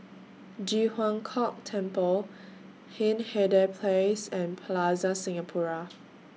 Ji Huang Kok Temple Hindhede Place and Plaza Singapura